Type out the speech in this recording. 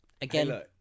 again